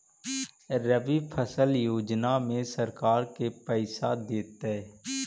रबि फसल योजना में सरकार के पैसा देतै?